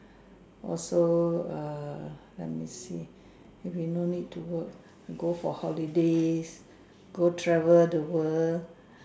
also err let me see if you no need to work go for holidays go travel the world